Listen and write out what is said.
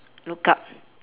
look up